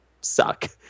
suck